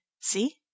see